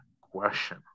question